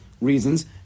reasons